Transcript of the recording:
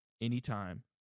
anytime